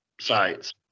sites